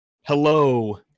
Hello